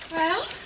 well,